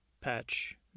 patch